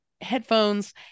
headphones